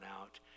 out